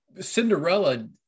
Cinderella